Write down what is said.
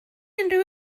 unrhyw